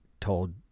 told